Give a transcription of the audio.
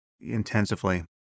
intensively